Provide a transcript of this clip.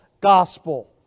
gospel